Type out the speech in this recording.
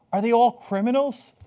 are they all criminals?